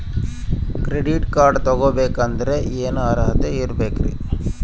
Credit card ತೊಗೋ ಬೇಕಾದರೆ ಏನು ಅರ್ಹತೆ ಇರಬೇಕ್ರಿ?